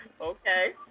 Okay